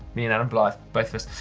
me and adam blythe, both of us.